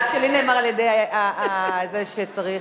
רק שלי נאמר שצריך להצהיר.